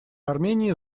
армении